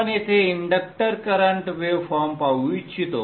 आपण येथे inductor current waveform पाहू इच्छितो